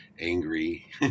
angry